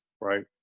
right